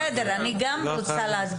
חייו.